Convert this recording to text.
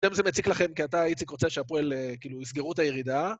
זה מציק לכם, כי אתה איציק, רוצה שהפועל, כאילו, יסגרו את הירידה.